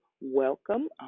welcome